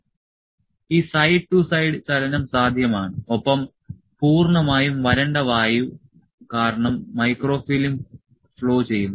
ഈ side to side ചലനം സാധ്യമാണ് ഒപ്പം പൂർണ്ണമായും വരണ്ട വായു കാരണം മൈക്രോഫിലിം ഫ്ലോ ചെയ്യുന്നു